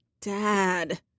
Dad